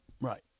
Right